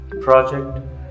project